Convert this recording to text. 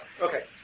Okay